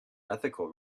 ethical